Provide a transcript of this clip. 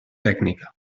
tècnica